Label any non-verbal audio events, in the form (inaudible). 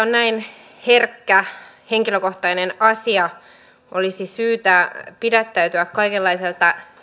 (unintelligible) on näin herkkä henkilökohtainen asia olisi syytä pidättäytyä kaikenlaisesta